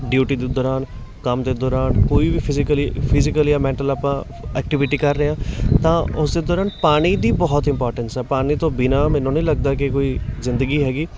duty ਦੇ ਦੌਰਾਨ ਕੰਮ ਦੇ ਦੌਰਾਨ ਕੋਈ ਵੀ ਫਿਜੀਕਲੀ ਫਿਜੀਕਲ ਜਾਂ ਮੈਂਟਲ ਆਪਾਂ ਐਕਟੀਵਿਟੀ ਕਰ ਰਹੇ ਹਾਂ ਤਾਂ ਉਸੇ ਦੌਰਾਨ ਪਾਣੀ ਦੀ ਬਹੁਤ ਇੰਪੋਰਟੈਂਟਸ ਆ ਪਾਣੀ ਤੋਂ ਬਿਨਾਂ ਮੈਨੂੰ ਨਹੀਂਨੀ ਲੱਗਦਾ ਕੇ ਕੋਈ ਜ਼ਿੰਦਗੀ ਹੈਗੀ